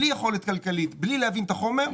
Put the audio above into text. בלי יכולת כלכלית, בלי להבין את החומר.